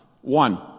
One